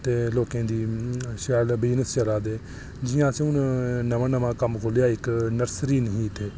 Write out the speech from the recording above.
ते लोकें दी शैल बिजनेस चला दे जि'यां अस हून नमां नमां कम्म खोह्ल्लेआ इक नर्सरी नेईं ही इत्थै